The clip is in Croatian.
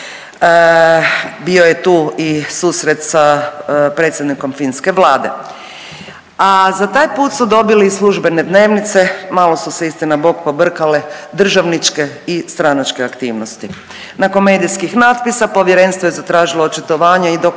Bio je tu i susret sa predsjednikom Finske Vlade, a za taj put su dobili i službene dnevnice, malo su se istina Bog pobrkale državničke i stranačke aktivnosti. Nakon medijskih natpisa povjerenstvo je zatražilo očitovanje i dokumentaciju